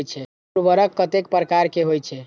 उर्वरक कतेक प्रकार के होई छै?